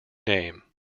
name